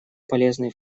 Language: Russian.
полезный